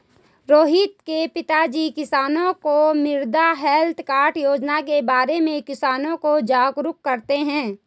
रोहित के पिताजी किसानों को मृदा हैल्थ कार्ड योजना के बारे में किसानों को जागरूक करते हैं